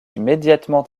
immédiatement